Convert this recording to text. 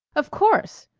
of course!